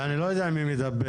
אני לא יודע מי מדבר,